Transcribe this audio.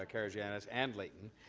ah karygiannis and layton.